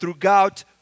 throughout